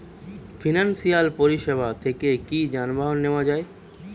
Financial পরিসেবা থেকে কি যানবাহন নেওয়া যায়?